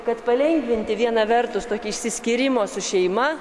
kad palengvinti viena vertus tokį išsiskyrimo su šeima